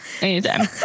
Anytime